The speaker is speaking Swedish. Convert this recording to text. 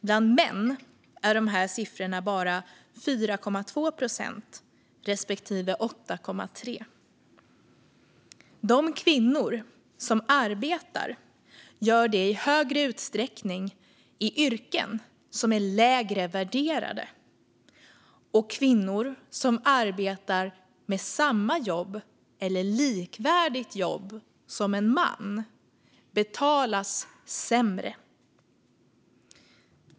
Bland män är de här siffrorna bara 4,2 procent respektive 8,3 procent. De kvinnor som arbetar gör det i större utsträckning i yrken som är lägre värderade, och kvinnor som arbetar med samma eller ett likvärdigt jobb som en man betalas sämre.